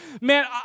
man